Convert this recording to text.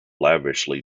lavishly